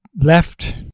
left